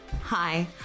Hi